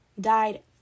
died